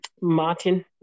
Martin